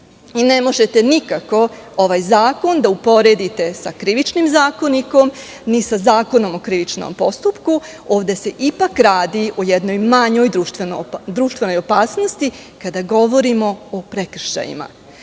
i ne možete nikako ovaj zakon da uporedite sa Krivičnim zakonikom, ni sa Zakonom o krivičnom postupku. Ovde se ipak radi o jednoj manjoj društvenoj opasnosti, kada govorimo o prekršajima. Gospodine